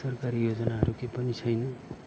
सरकारी योजनाहरू केही पनि छैन